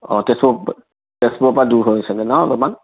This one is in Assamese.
অ' তেজপুৰ তেজপুৰৰ পৰা দূৰ হয় চাগে ন অলপমান